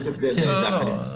יש הבדל אני חושב.